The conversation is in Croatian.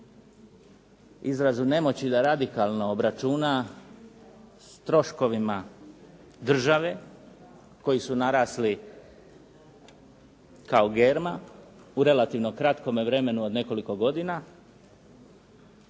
izrazu nemoći da radikalno obračuna s troškovima države koji su narasli kao germa u relativno kratkom vremenu od nekoliko godina,